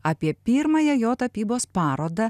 apie pirmąją jo tapybos parodą